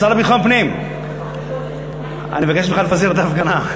השר לביטחון פנים, אני מבקש ממך לפזר את ההפגנה.